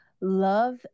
love